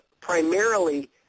primarily